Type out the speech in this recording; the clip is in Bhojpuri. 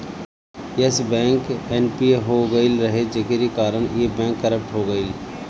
यश बैंक एन.पी.ए हो गईल रहे जेकरी कारण इ बैंक करप्ट हो गईल